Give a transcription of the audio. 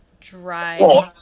dry